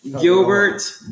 Gilbert